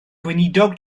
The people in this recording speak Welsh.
gweinidog